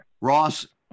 Ross